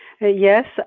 Yes